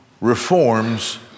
reforms